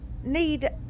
need